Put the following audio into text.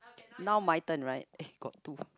now my turn right eh got two